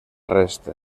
resta